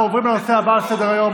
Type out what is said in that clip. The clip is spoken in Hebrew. אנחנו עוברים לנושא הבא על סדר-היום,